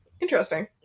Interesting